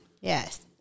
yes